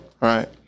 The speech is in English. right